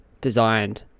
designed